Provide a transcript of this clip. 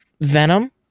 Venom